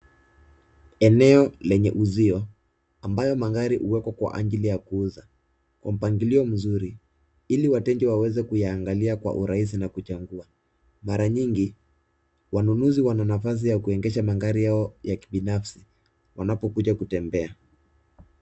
Eneo lenye uzio ambayo magari huwekwa kwa ajili ya kuuza kwa mpangilio mzuri ili wateja waweze kuyangalia kwa urahisi na kuchagua. Mara nyingi wanunuzi wana nafasi ya kuegesha magari yao ya kibinafsi wanapokuja kutembea.